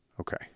Okay